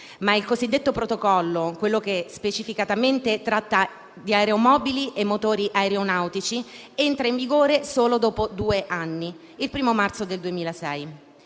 ma il cosiddetto Protocollo, quello che specificatamente tratta di aeromobili e motori aeronautici, entra in vigore solo dopo due anni, il 1° marzo 2006.